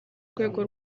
rwego